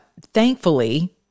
thankfully